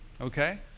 Okay